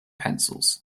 pencils